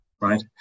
right